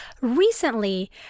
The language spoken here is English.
recently